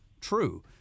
true